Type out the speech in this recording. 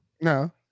No